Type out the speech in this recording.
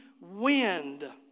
wind